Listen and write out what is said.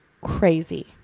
crazy